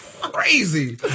crazy